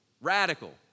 radical